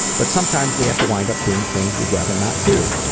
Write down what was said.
but sometimes we have to wind up doing things we'd rather not do.